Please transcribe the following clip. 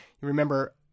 remember